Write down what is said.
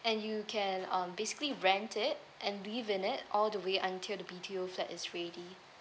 and you can um basically rent it and live in it all the way until the B_T_O flat is ready